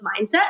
mindset